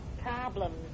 problems